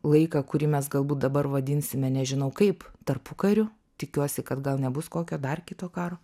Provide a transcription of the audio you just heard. laiką kurį mes galbūt dabar vadinsime nežinau kaip tarpukariu tikiuosi kad gal nebus kokio dar kito karo